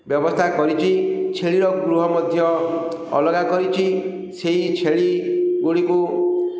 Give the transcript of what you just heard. ବ୍ୟବସ୍ଥା କରିଛି ଛେଳିର ଗୃହ ମଧ୍ୟ ଅଲଗା କରିଛି ସେଇ ଛେଳି ଗୁଡ଼ିକୁ